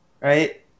Right